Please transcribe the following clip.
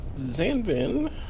Zanvin